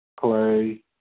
Play